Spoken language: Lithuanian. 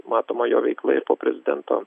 matoma jo veikla po prezidento